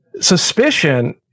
suspicion